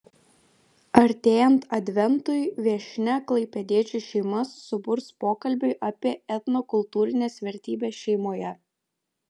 artėjant adventui viešnia klaipėdiečių šeimas suburs pokalbiui apie etnokultūrines vertybes šeimoje